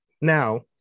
now